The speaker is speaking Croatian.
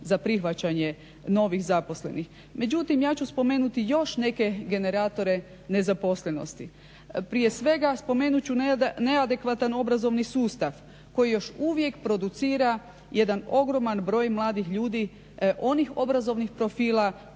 za prihvaćanje novih zaposlenih. Međutim, ja ću spomenuti još neke generatore nezaposlenosti. Prije svega spomenut ću neadekvatan obrazovni sustav koji još uvijek producira jedan ogroman broj mladih ljudi, onih obrazovnih profila